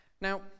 Now